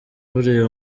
buriya